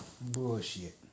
Bullshit